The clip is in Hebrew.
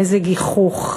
איזה גיחוך.